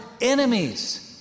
enemies